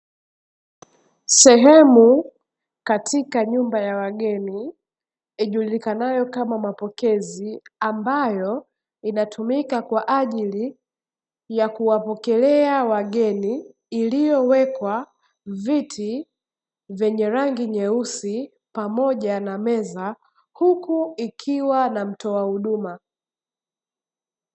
Sehemu katika nyumba ya wageni ijulikanayo kama mapokezi ambayo inatumika kwa ajili ya kuwapokelea wageni, iliyowekwa viti vyenye rangi nyeusi pamoja na meza huku ikiwa na mtoa huduma.